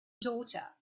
daughter